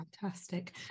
Fantastic